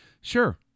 Sure